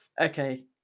Okay